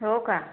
हो का